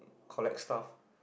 collect stuff